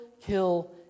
kill